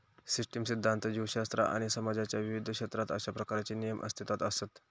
system सिध्दांत, जीवशास्त्र आणि समाजाच्या विविध क्षेत्रात अशा प्रकारचे नियम अस्तित्वात असत